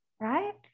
right